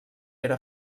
era